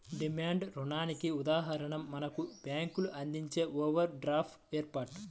demand రుణానికి ఉదాహరణ మనకు బ్యేంకులు అందించే ఓవర్ డ్రాఫ్ట్ ఏర్పాటు